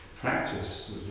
practice